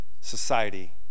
society